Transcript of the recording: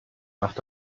macht